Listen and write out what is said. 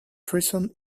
treason